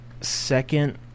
second